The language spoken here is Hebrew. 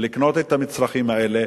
לקנות את המצרכים האלה,